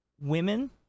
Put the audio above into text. Women